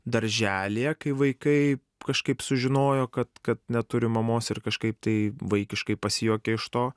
darželyje kai vaikai kažkaip sužinojo kad kad neturi mamos ir kažkaip tai vaikiškai pasijuokė iš to